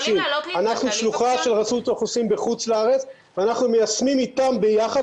אנחנו שלוחה של רשות האוכלוסין בחוץ לארץ ואנחנו מיישמים איתם ביחד,